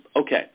Okay